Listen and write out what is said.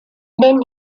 then